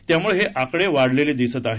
त्यामुळे हे आकडे वाढलेले दिसत आहेत